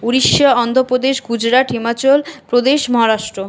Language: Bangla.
উড়িষ্যা অন্ধ্রপ্রদেশ গুজরাট হিমাচল প্রদেশ মহারাষ্ট্র